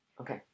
Okay